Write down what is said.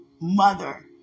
mother